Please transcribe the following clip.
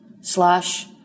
slash